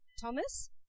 Thomas